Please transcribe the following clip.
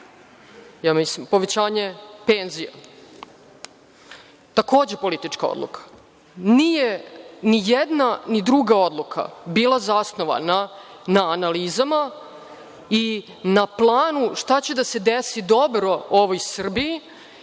godine povećanje penzija. Takođe politička odluka. Nije ni jedna ni druga odluka bila zasnovana na analizama i na planu šta će da se desi dobro ovoj Srbiji,